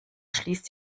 schließt